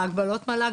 ההגבלות מל"ג,